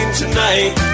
tonight